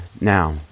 Now